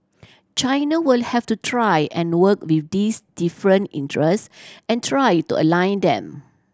China will have to try and work with these different interests and try to align them